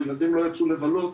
הילדים לא יצאו לבלות,